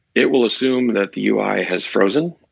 it will assume that the ui has frozen,